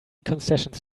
concessions